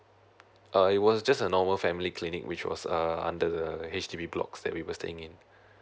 uh it was just a normal family clinic which was uh under the H_D_B block that we were staying in